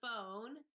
phone